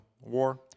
War